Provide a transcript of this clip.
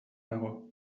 nago